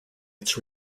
its